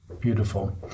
beautiful